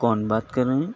کون بات کر رہیں